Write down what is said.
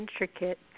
intricate